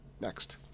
Next